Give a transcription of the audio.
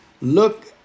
Look